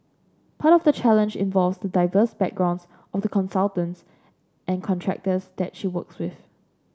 part of the challenge involves the diverse backgrounds of the consultants and contractors that she works with